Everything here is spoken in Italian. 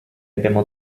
abbiamo